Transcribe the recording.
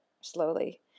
slowly